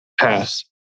pass